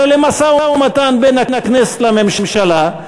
אלא למשא-ומתן בין הכנסת לממשלה,